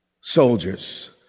soldiers